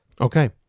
Okay